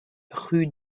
rue